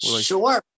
Sure